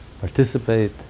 participate